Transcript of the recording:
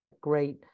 great